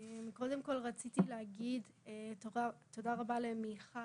אני קודם כל רציתי להגיד תודה רבה למיכל